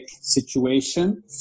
situation